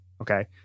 Okay